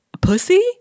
Pussy